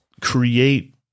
create